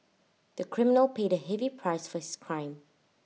the criminal paid A heavy price for his crime